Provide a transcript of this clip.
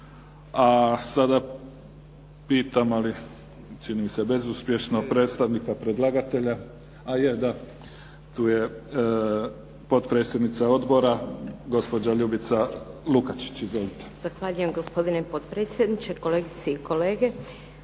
A sada pitam, ali čini mi se bezuspješno predstavnika predlagatelja, a je da. Tu je. Potpredsjednica odbora gospođa Ljubica Lukaćić. Izvolite.